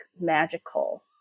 magical